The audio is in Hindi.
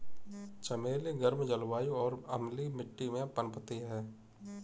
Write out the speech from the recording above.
चमेली गर्म जलवायु और अम्लीय मिट्टी में पनपती है